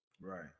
Right